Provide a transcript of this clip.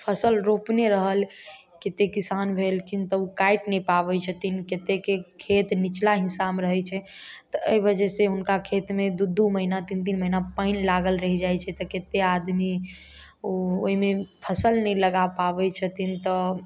फसिल रोपने रहल कतेक किसान भेलखिन तऽ ओ काटि नहि पाबै छथिन कतेकके खेत निचला हिस्सामे रहै छै तऽ एहि वजहसे हुनका खेतमे दुइ दुइ महिना तीन तीन महिना पानि लागल रहि जाइ छै तऽ कतेक आदमी ओ ओहिमे फसिल नहि लगा पाबै छथिन तऽ